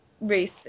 race